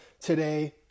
today